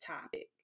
topic